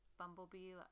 bumblebee